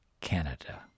Canada